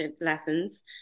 lessons